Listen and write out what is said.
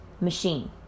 machine